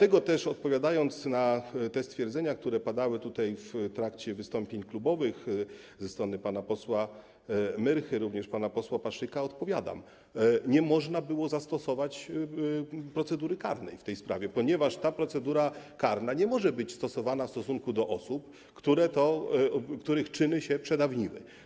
Jeśli chodzi o stwierdzenia, które padały w trakcie wystąpień klubowych ze strony pana posła Myrchy, również pana posła Paszyka, odpowiadam - nie można było zastosować procedury karnej w tej sprawie, ponieważ procedura karna nie może być stosowana w stosunku do osób, których czyny się przedawniły.